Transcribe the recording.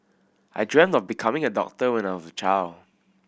I dreamed of becoming a doctor when I was a child